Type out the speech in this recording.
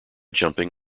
jumping